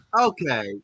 Okay